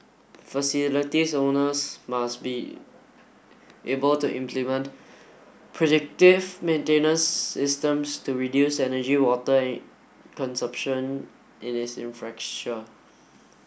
facilities owners must be able to implement predictive maintenance systems to reduce energy water consumption in its